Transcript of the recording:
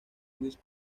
west